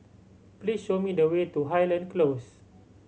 please show me the way to Highland Close